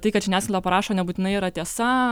tai kad žiniasklaida parašo nebūtinai yra tiesa